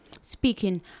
Speaking